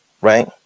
right